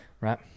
right